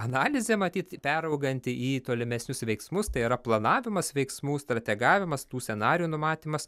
analizė matyt perauganti į tolimesnius veiksmus tai yra planavimas veiksmų strategavimas tų scenarijų numatymas